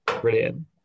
brilliant